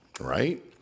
right